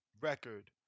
record